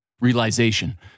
realization